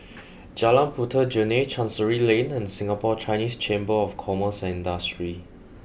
Jalan Puteh Jerneh Chancery Lane and Singapore Chinese Chamber of Commerce and Industry